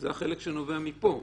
זה החלק שנובע מפה.